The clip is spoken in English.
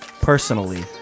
personally